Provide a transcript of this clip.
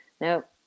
Nope